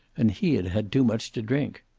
and he had had too much to drink.